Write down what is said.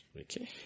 Okay